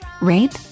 Rape